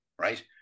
Right